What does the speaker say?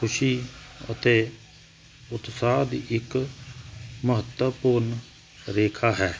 ਖੁਸ਼ੀ ਅਤੇ ਉਤਸਾਹ ਦੀ ਇੱਕ ਮਹੱਤਵਪੂਰਨ ਰੇਖਾ ਹੈ